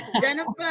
Jennifer